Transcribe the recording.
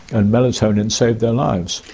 and melatonin saved their lives.